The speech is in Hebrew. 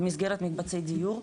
במסגרת מקבצי דיור,